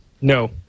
No